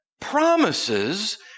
promises